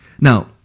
Now